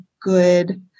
good